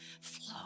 flow